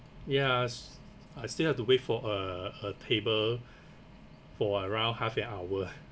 yes I still have to wait for a a table for around half an hour